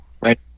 Right